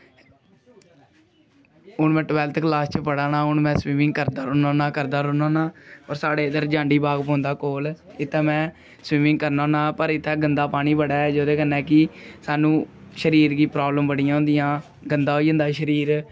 हून में twelfth class च हा हून में स्बिमिंग करदा रौंहना होन्ना करदा होना ना और साढ़े इद्धर जांडी बाग पौंदा कोल इत्थै में स्बिमिंग करना होन्ना पर इत्थै जंदा पानी बड़ा ऐ ओहदे कन्नै कि स्हानू शरीर गी प्राव्लम बनी जंदियां गंदा होई जंदा शरीर